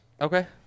Okay